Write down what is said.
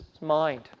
mind